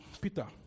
Peter